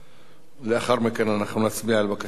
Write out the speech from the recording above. לאחר מכן אנחנו נצביע על בקשת הממשלה.